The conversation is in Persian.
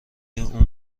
اون